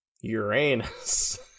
Uranus